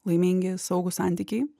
laimingi saugūs santykiai